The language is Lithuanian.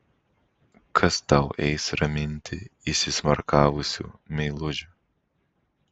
kas tau eis raminti įsismarkavusių meilužių